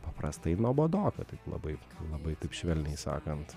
paprastai nuobodoka taip labai labai taip švelniai sakant